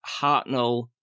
Hartnell